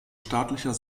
staatlicher